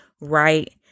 right